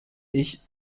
ich